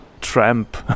tramp